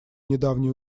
недавние